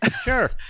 Sure